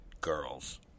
girls